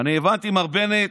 אני הבנתי, מר בנט,